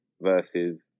versus